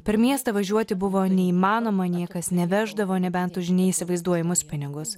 per miestą važiuoti buvo neįmanoma niekas neveždavo nebent už neįsivaizduojamus pinigus